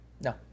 No